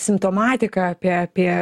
simptomatiką apie apie